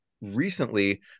recently